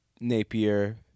Napier